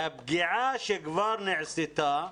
והפגיעה שכבר נעשתה.